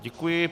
Děkuji.